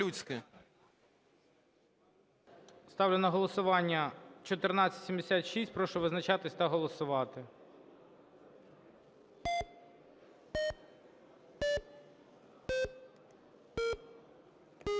Ставлю на голосування 1476, прошу визначатись та голосувати. 13:54:11